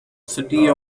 city